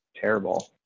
Terrible